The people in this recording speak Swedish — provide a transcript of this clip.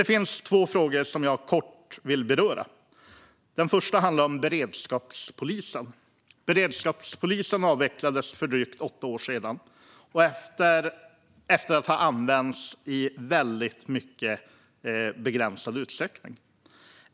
Det finns två frågor som jag kort vill beröra. Den första handlar om beredskapspolisen. Beredskapspolisen avvecklades för drygt åtta år sedan, efter att ha använts i mycket begränsad utsträckning.